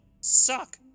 suck